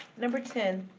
number ten.